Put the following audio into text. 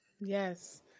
Yes